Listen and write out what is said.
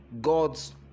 God's